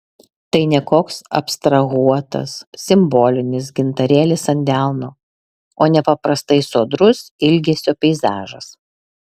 tai ne koks abstrahuotas simbolinis gintarėlis ant delno o nepaprastai sodrus ilgesio peizažas